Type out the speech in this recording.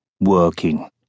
Working